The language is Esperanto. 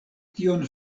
tion